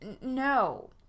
No